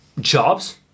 jobs